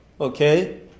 okay